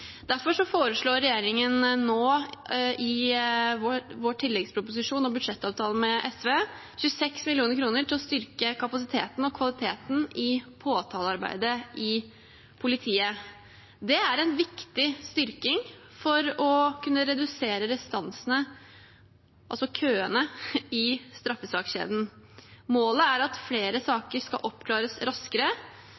Derfor foreslår regjeringen nå i tilleggsproposisjonen og i budsjettavtalen med SV 26 mill. kr til å styrke kapasiteten og kvaliteten i påtalearbeidet i politiet. Det er en viktig styrking for å kunne redusere restansene, altså køene, i straffesakskjeden. Målet er at flere